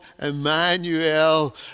Emmanuel